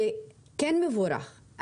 זה כן מבורך,